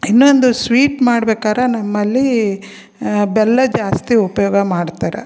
ಇನ್ನೊಂದು ಸ್ವೀಟ್ ಮಾಡ್ಬೇಕಾರೆ ನಮ್ಮಲ್ಲಿ ಬೆಲ್ಲ ಜಾಸ್ತಿ ಉಪಯೋಗ ಮಾಡ್ತಾರೆ